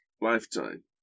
lifetime